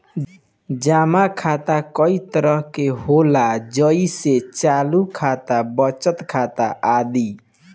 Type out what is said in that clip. जमा खाता कई तरह के होला जेइसे चालु खाता, बचत खाता आदि